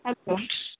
hello